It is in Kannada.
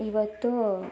ಇವತ್ತು